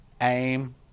aim